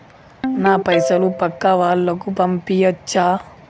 నా పైసలు పక్కా వాళ్ళకు పంపియాచ్చా?